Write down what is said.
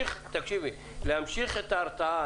להמשיך את ההרתעה,